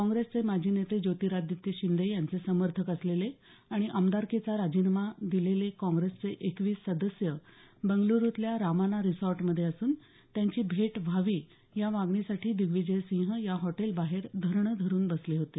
काँग्रेसचे माजी नेते ज्योतिरादित्य शिंदे यांचे समर्थक असलेले आणि आमदारकीचा राजीनामा दिलेले काँग्रेसचे एकवीस सदस्य बेंगलुरुतल्या रामाना रिसॉर्टमध्ये असून त्यांची भेट व्हावी या मागणीसाठी दिग्विजय सिंह या हॉटेलबाहेर धरणं धरून बसले होते